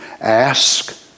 ask